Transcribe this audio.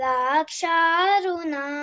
Laksharuna